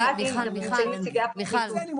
בהכרעת הדין שמציגה הפרקליטות -- מיכל,